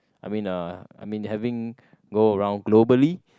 I mean uh I mean having go around globally